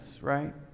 right